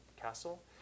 castle